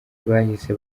bahise